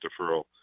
deferral